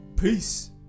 peace